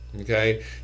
Okay